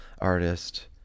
artist